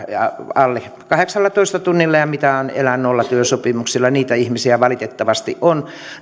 alle sillä kahdeksallatoista tunnilla ja mitä on elää nollatyösopimuksella niitä ihmisiä valitettavasti on